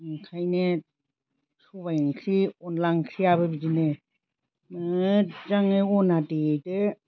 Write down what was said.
ओंखायनो सबाइ ओंख्रि अनद्ला ओंख्रियाबो बिदिनो मोजजाङै अना देदो